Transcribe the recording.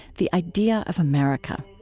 the idea of america.